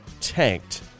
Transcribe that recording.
tanked